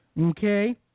Okay